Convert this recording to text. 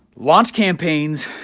launch campaigns,